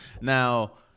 Now